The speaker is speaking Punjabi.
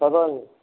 ਪਤਾ ਨਹੀਂ